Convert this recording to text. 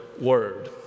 word